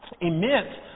emits